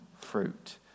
fruit